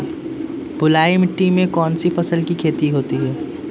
बलुई मिट्टी में कौनसी फसल की खेती होती है?